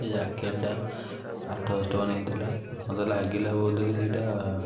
ସେ ଜ୍ୟାକେଟ୍ଟା ଆଠଶହ ଟଙ୍କା ନେଇଥିଲା ମୋତେ ଲାଗିଲା ବୋଧେ ସେଇଟା